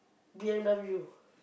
B_M_W